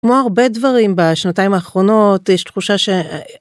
כמו הרבה דברים בשנתיים האחרונות, יש תחושה ש...